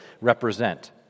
represent